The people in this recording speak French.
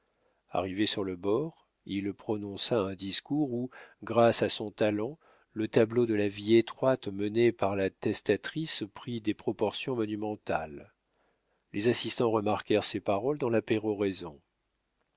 arrivé sur le bord il prononça un discours où grâce à son talent le tableau de la vie étroite menée par la testatrice prit des proportions monumentales les assistants remarquèrent ces paroles dans la péroraison